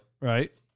Right